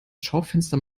schaufenster